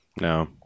No